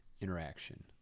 interaction